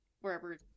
wherever